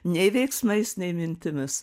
nei veiksmais nei mintimis